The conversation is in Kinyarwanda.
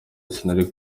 sinari